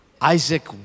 Isaac